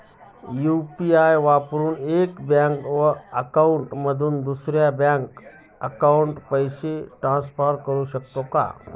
UPI वापरून एका bank account मधून दुसऱ्या बँक अकाउंटमध्ये पैसे ट्रान्सफर करू शकतो का?